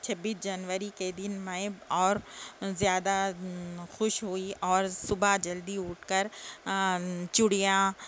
چھبیس جنوری کے دن میں اور زیادہ خوش ہوئی اور صبح جلدی اٹھ کر چوڑیاں